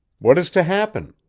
what is to happen?